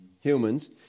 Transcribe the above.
humans